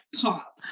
pop